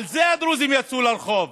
על זה הדרוזים יצאו לרחוב.